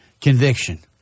conviction